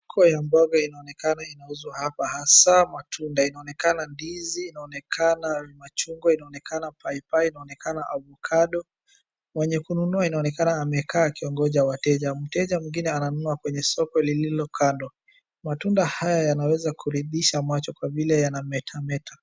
Soko ya mboga inaonekana kuwa inauzwa hapa hasaa matunda inaonekana ndizi, inaonekana machungwa, inaonekana paipai ,inaonekana avocado mwenye kununua inaonekana amekaa akiongoja wateja. Mteja mwingine ananunua kwenye soko lililo kando matunda haya yanaweza kuridhisha macho kwa vile yanametameta.